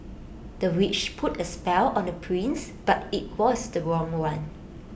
the witch put A spell on the prince but IT was the wrong one